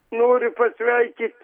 noriu pasveikyt